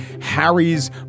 Harry's